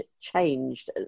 changed